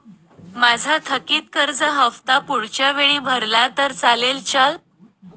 माझा थकीत कर्ज हफ्ता पुढच्या वेळी भरला तर चालेल का?